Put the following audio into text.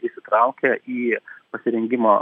įsitraukę į pasirengimo